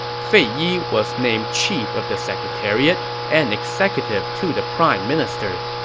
fei yi was named chief of the secretariat and executive to the prime minister.